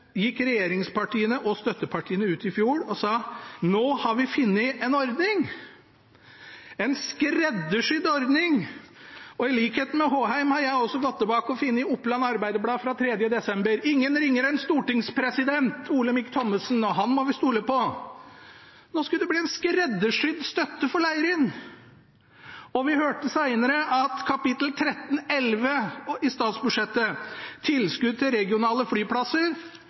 gikk regjeringspartiene og støttepartiene ut i fjor og sa: Nå har vi funnet en ordning – en skreddersydd ordning. I likhet med representanten Håheim har jeg også gått tilbake og funnet Oppland Arbeiderblad fra 3. desember. Ingen ringere enn stortingspresident Olemic Thommessen – og han må vi stole på: Nå skulle det bli en skreddersydd støtte for Leirin. Vi hørte senere at kap. 1311 i statsbudsjettet, Tilskudd til regionale flyplasser,